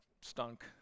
stunk